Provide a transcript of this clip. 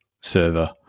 server